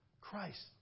Christ